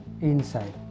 inside